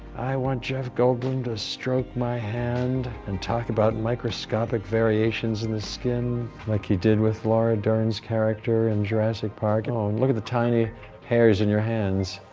i want jeff goldblum to stroke my hand and talk about microscopic variations in the skin, like he did with laura dern's character in jurassic park. and oh, and look at the tiny hairs in your hands.